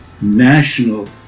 national